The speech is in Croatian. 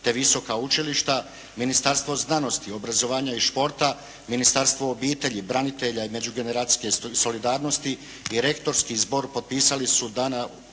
te visoka učilišta, Ministarstvo znanosti, obrazovanja i športa, Ministarstvo obitelji, branitelja i međugeneracijske solidarnosti i Rektorski zbor potpisali su dana 27.